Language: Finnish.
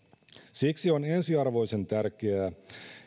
siksi on ensiarvoisen tärkeää